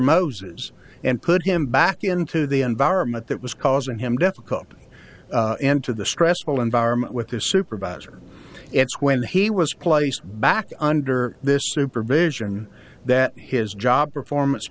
moses and put him back into the environment that was causing him to cope and to the stressful environment with his supervisor it's when he was placed back under this supervision that his job performance